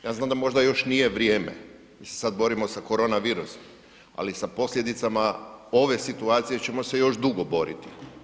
Ja znam da možda još nije vrijeme, mi se sada borimo sa korona virusom, ali sa posljedicama ove situacije ćemo se još dugo boriti.